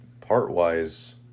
part-wise